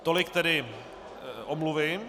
Tolik tedy omluvy.